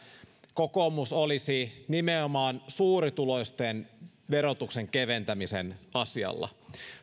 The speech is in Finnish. kokoomus olisi nimenomaan suurituloisten verotuksen keventämisen asialla